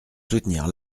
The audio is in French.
soutenir